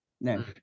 No